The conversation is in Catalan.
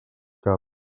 cap